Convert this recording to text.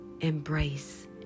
embrace